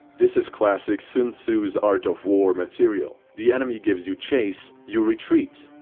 this is classic sun tzu's art of war material. the enemy gives you chase you retreat.